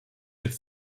could